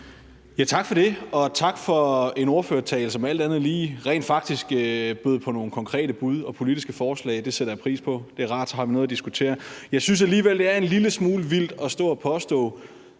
Tak for det, og tak for en ordførertale, som alt andet lige rent faktisk bød på nogle konkrete bud og politiske forslag. Det sætter jeg pris på. Det er rart, for så har vi noget at diskutere. Jeg synes alligevel, det er en lille smule vildt at stå og påstå,